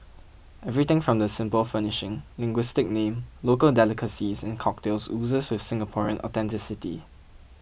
everything from the simple furnishing linguistic name local delicacies and cocktails oozes with Singaporean authenticity